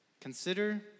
consider